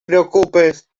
preocupes